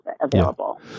available